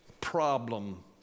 problem